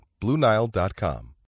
BlueNile.com